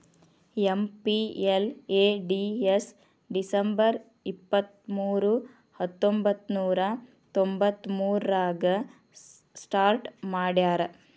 MPLADS December ಇಪ್ಪತ್ಮೂರು ಹತ್ತೊಂಬಂತ್ತನೂರ ತೊಂಬತ್ತಮೂರಾಗ ಸ್ಟಾರ್ಟ್ ಮಾಡ್ಯಾರ